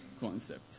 concept